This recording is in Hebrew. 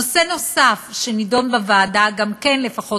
נושא נוסף שנדון בוועדה גם כן לפחות